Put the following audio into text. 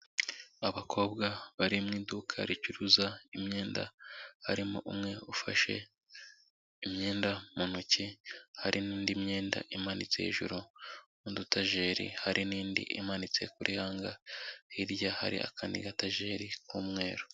Abakobwa bari mu iduka ricuruza imyenda, harimo umwe ufashe imyenda mu ntoki, hari n'indi myenda imanitse hejuru mu dutajeri, hari n'indi imanitse kuri hanga, hirya hari akandi gatajeri k'umweru.